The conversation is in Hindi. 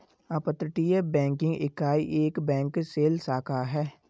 अपतटीय बैंकिंग इकाई एक बैंक शेल शाखा है